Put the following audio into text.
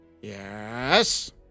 Yes